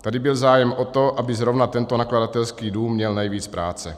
Tady byl zájem o to, aby zrovna tento nakladatelský dům měl nejvíc práce.